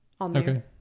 Okay